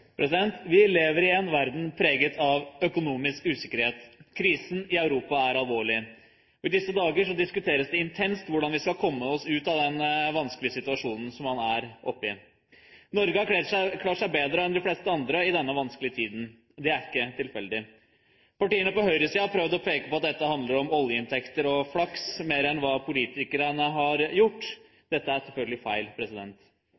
alvorlig. I disse dager diskuteres det intenst hvordan vi skal komme oss ut av den vanskelige situasjonen vi er oppe i. Norge har klart seg bedre enn de fleste andre i denne vanskelige tiden, og det er ikke tilfeldig. Partiene på høyresiden har prøvd å peke på at dette handler om oljeinntekter og flaks mer enn om hva politikerne har